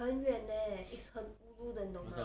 很远 eh it's her ulu 的你懂吗